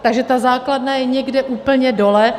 Takže ta základna je někde úplně dole.